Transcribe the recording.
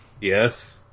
Yes